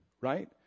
right